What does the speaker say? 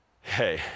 hey